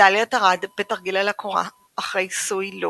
מדליית ארד בתרגיל על הקורה, אחרי סוי לו